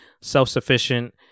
self-sufficient